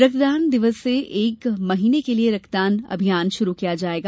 रक्तदान दिवस से एक महीने के लिये रक्तदान अभियान भी शुरू किया जायेगा